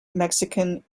mexican